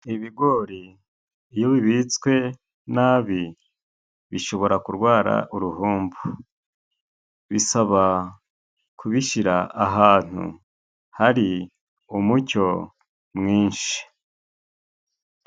Ibigori iyo bibitswe nabi, bishobora kurwara uruhumbu. Bisaba kubishyira ahantu hari umucyo mwinshi.